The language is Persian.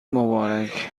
مبارک